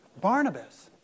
Barnabas